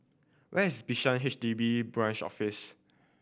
where is Bishan H D B Branch Office